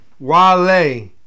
Wale